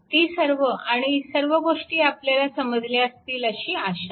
ती सर्व आणि सर्व गोष्टी आपल्याला समजल्या असतील अशी आशा आहे